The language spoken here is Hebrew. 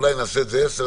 אולי נעשה את זה ב-10:00,